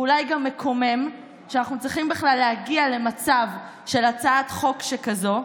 ואולי גם מקומם שאנחנו צריכים בכלל להגיע למצב של הצעת חוק שכזו,